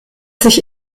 sich